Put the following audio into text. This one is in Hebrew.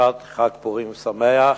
בברכת חג פורים שמח,